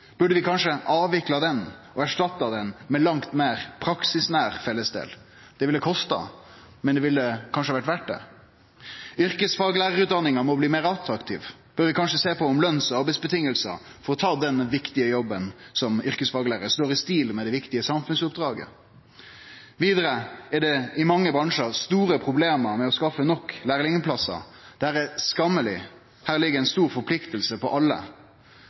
Burde vi kanskje ha avvikla han og erstatta han med ein langt meir praksisnær fellesdel? Det ville ha kosta, men det ville kanskje ha vore verdt det. Yrkesfaglærarutdanninga må bli meir attraktiv. Vi bør kanskje sjå på om løns- og arbeidsvilkår for å ta den viktige jobben som yrkesfaglærar står i stil med det viktige samfunnsoppdraget. Vidare er det i mange bransjar store problem med å skaffe nok lærlingplassar. Dette er skammeleg. Her ligg ei stor forplikting på alle.